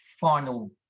final